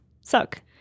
suck